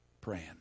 praying